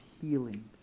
healing